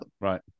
Right